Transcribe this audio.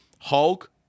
Hulk